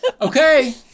Okay